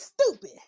stupid